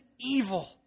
evil